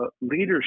leadership